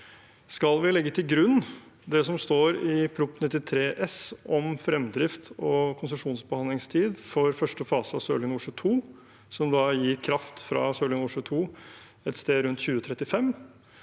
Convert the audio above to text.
Skal vi legge til grunn det som står i Prop. 93 S om fremdrift og konsesjonsbehandlingstid for første fase av Sørlige Nordsjø II, som da gir kraft fra Sørlige Nordsjø II et sted rundt 2035,